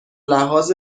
لحاظ